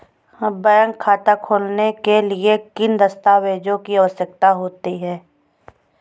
Bank खाता खोलने के लिए किन दस्तावेजों की आवश्यकता होती है?